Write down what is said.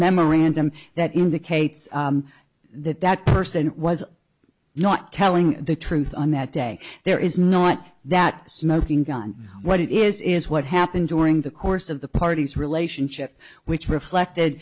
memorandum that indicates that that person was not telling the truth on that day there is not that smoking gun what it is is what happened during the course of the party's relationship which reflected